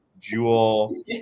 jewel